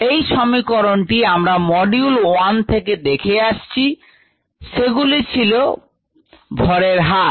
এই সমীকরণটি আমরা মডিউল 1 থেকে দেখে আসছি সেগুলি ছিল ভরের হার